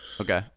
Okay